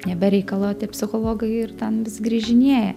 ne be reikalo tie psichologai ir ten grįžinėja